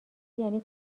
یعنی